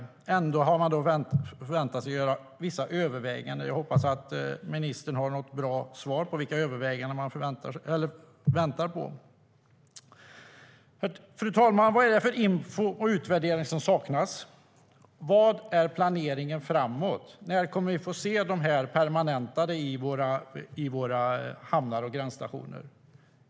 Ändå har man beslutat att vänta på vissa överväganden, och jag hoppas att ministern har något bra svar på vilka överväganden man väntar på. Fru talman! Vad är det för info och utvärdering som saknas? Vad är planeringen framåt? När kommer vi att få se det här permanentat i våra hamnar och vid våra gränsstationer?